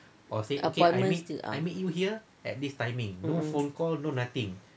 appointments um